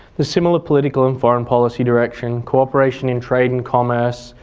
the similar political and foreign policy direction, co-operation in trade and commerce,